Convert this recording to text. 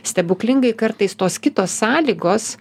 stebuklingai kartais tos kitos sąlygos